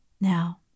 Now